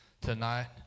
tonight